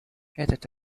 этот